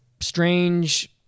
strange